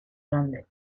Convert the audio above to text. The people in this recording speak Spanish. grande